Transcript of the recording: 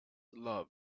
love